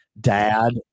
dad